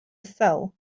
cell